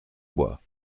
bois